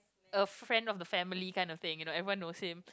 a friend of the family kind of thing you know everyone knows him